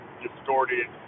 distorted